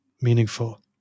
meaningful